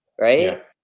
right